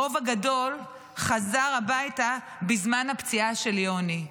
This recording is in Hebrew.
הרוב הגדול חזר הביתה בזמן הפציעה של יוני.